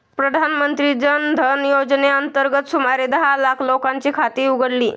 प्रधानमंत्री जन धन योजनेअंतर्गत सुमारे दहा लाख लोकांची खाती उघडली